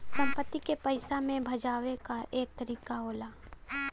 संपत्ति के पइसा मे भजावे क एक तरीका होला